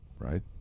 Right